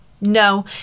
no